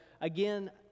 again